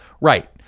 Right